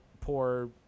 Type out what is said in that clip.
poor